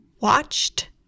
watched